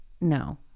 No